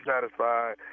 satisfied